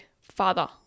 father